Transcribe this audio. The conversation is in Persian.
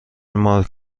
مارک